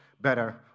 better